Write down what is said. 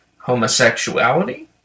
homosexuality